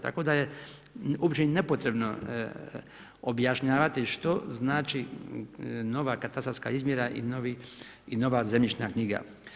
Tako da je uopće nepotrebno objašnjavati što znači nova katastarska izmjera i nova zemljišna knjiga.